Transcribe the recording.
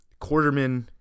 Quarterman